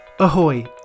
Ahoy